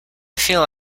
feel